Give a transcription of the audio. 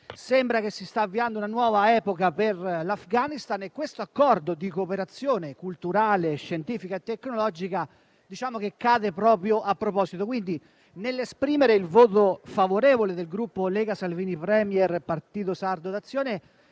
quindi che si stia avviando una nuova epoca per l'Afghanistan e l'Accordo di cooperazione culturale, scientifica e tecnologica al nostro esame cade proprio a proposito. Pertanto, nell'esprimere il voto favorevole del Gruppo Lega-Salvini Premier-Partito Sardo d'Azione,